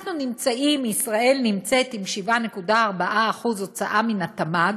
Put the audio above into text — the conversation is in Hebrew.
ישראל נמצאת עם 7.4% הוצאה מן התמ"ג,